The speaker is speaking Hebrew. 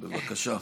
בבקשה.